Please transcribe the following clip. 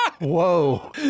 Whoa